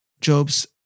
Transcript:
Job's